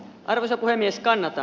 arvoisa puhemies kannata